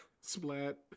Splat